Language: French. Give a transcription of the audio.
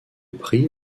prix